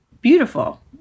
beautiful